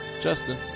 Justin